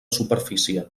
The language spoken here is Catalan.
superfície